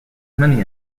many